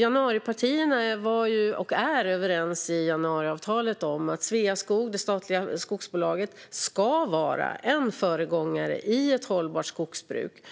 Januaripartierna var, och är, överens i januariavtalet om att Sveaskog, det statliga skogsbolaget, ska vara en föregångare i ett hållbart skogsbruk.